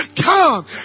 come